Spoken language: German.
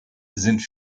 sind